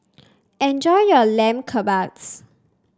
enjoy your Lamb Kebabs